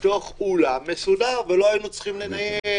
בתוך אולם מסודר ולא היינו צריכים לנייד,